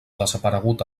desaparegut